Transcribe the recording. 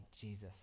Jesus